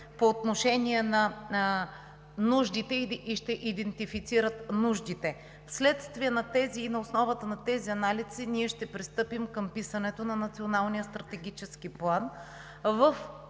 по отношение на нуждите и ще идентифицират нуждите. На основата на тези анализи ние ще пристъпим към писането на националния стратегически план, в